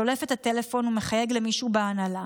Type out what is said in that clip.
הוא שולף את הטלפון ומחייג למישהו בהנהלה: